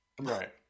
Right